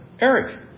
Eric